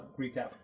recap